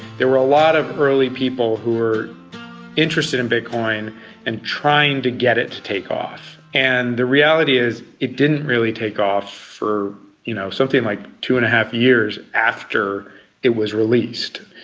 there were a lot of early people who were interested in bitcoin and trying to get it to take off. and the reality is it didn't really take off for you know something like two and a half years after it was released.